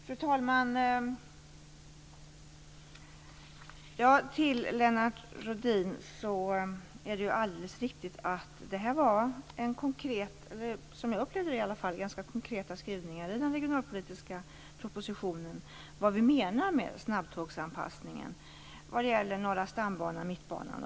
Fru talman! Det är alldeles riktigt, Lennart Rohdin, att den regionalpolitiska propositionen innehåller ganska konkreta skrivningar kring vad vi menar med snabbtågsanpassningen vad gäller Norra stambanan och Mittbanan.